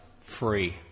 free